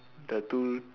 the two